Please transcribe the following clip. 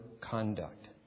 conduct